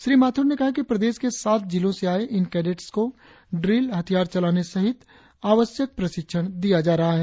श्री माथुर ने कहा है कि प्रदेश के सात जिलों से आये इन कैडेट्स को ड्रिल हथियार चलाने सहित आवश्यक प्रशिक्षण दिया जा रहा है